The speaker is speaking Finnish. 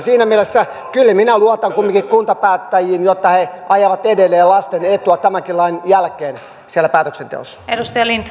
siinä mielessä kyllä minä luotan kumminkin kuntapäättäjiin että he ajavat edelleen lasten etua tämänkin lain jälkeen siellä päätöksenteossa